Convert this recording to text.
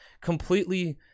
completely